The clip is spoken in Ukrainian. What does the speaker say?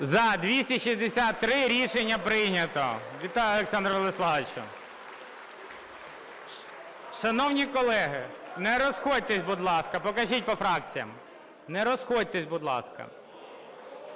За-263 Рішення прийнято. Вітаю Олександра Владиславовича! (Оплески) Шановні колеги, не розходьтесь, будь ласка. Покажіть по фракціям. Не розходьтесь, будь ласка.